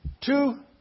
two